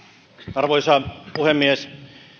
arvoisa puhemies